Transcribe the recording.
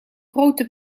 grote